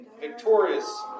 Victorious